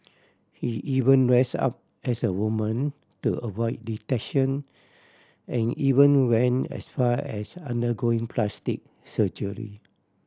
he even dressed up as a woman to avoid detection and even went as far as undergoing plastic surgery